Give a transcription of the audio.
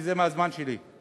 וזה מהזמן שלי.